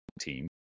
team